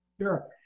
Sure